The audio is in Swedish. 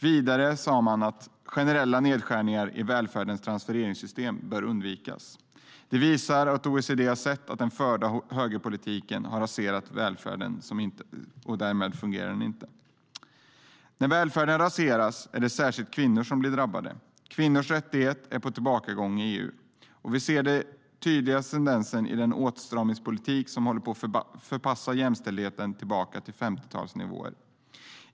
Vidare skrev de: Generella nedskärningar i välfärdens transfereringssystem bör undvikas. OECD har sett att den förda högerpolitiken har raserat välfärden. Den fungerar inte. När välfärden raseras drabbas särskilt kvinnor. Kvinnors rättigheter är på tillbakagång i EU. Den tydligaste tendensen är den åtstramningspolitik som håller på att förpassa jämställdheten tillbaka till 50-talsnivåer.